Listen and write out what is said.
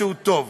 משהו טוב.